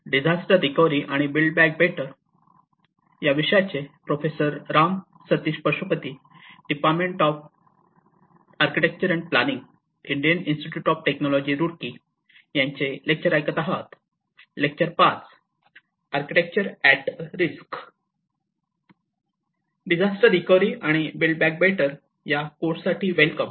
disaster recovery आणि build back better या कोर्ससाठी वेलकम